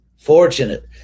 Fortunate